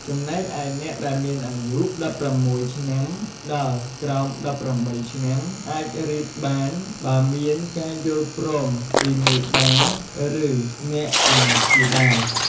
ចំំណែកឯអ្នកដែលមានអាយុ ១៦ ឆ្នាំដល់ក្រោម ១៨ ឆ្នាំអាចរៀបបាន បើមានការយល់ព្រមពីមេបា ឬអ្នកអាណាព្យាបាល។